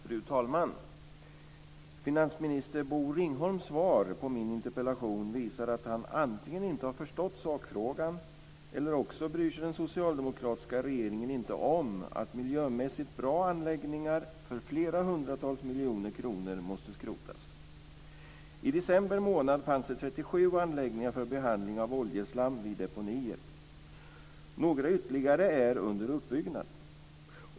Fru talman! Finansminister Bosse Ringholms svar på min interpellation visar antingen att han inte har förstått sakfrågan eller att den socialdemokratiska regeringen inte bryr sig om att miljömässigt bra anläggningar för flera hundratal miljoner kronor måste skrotas. I december månad fanns det 37 anläggningar för behandling av oljeslam vid deponier. Några ytterligare är under uppbyggnad.